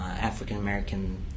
African-American